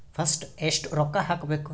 First ಎಷ್ಟು ರೊಕ್ಕ ಹಾಕಬೇಕು?